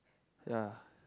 ya